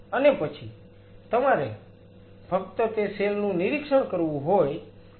અને પછી તમારે ફક્ત તે સેલ નું નિરીક્ષણ કરવું હોય કે તેઓ સારી રીતે કાર્ય કરી રહ્યા છે